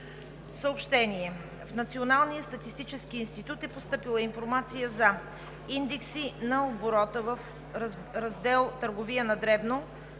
2019 г.“ В Националния статистически институт е постъпила информация за: Индекси на оборота в раздел „Търговия на дребно